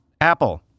Apple